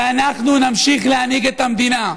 ואנחנו נמשיך להנהיג את המדינה.